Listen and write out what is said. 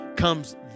comes